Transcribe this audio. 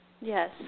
Yes